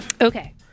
Okay